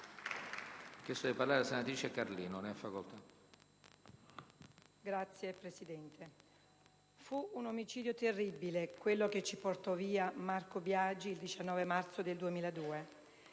Signor Presidente, fu un omicidio terribile quello che ci portò via Marco Biagi il 19 marzo del 2002.